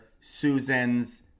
Susan's